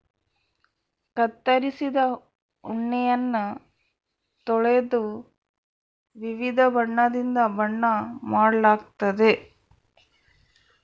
ಕತ್ತರಿಸಿದ ಉಣ್ಣೆಯನ್ನ ತೊಳೆದು ವಿವಿಧ ಬಣ್ಣದಿಂದ ಬಣ್ಣ ಮಾಡಲಾಗ್ತತೆ